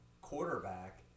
quarterback